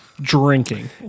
Drinking